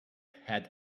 had